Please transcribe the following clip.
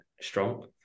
strong